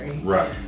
Right